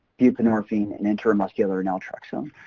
buprenorphine, and intramuscular naltrexone,